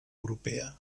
europea